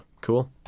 cool